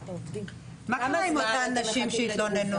מה קרה עם אותן נשים שהתלוננו?